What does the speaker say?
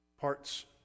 Parts